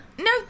No